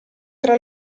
tra